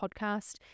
podcast